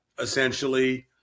Essentially